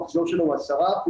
המחזור שלו הוא 10%